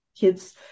kids